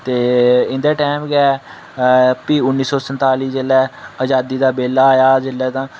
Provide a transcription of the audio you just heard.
ते इं'दे टैम गै अ भी उ'न्नी सौ संताली जेल्लै आजादी दा बेल्ला आया जेल्लै तां